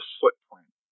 footprint